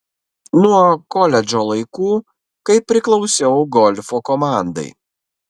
nuo koledžo laikų kai priklausiau golfo komandai